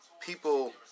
people